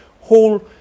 whole